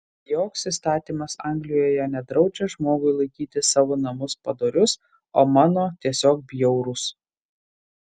joks įstatymas anglijoje nedraudžia žmogui laikyti savo namus padorius o mano tiesiog bjaurūs